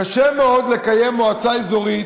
קשה מאוד לקיים מועצה אזורית,